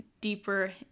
deeper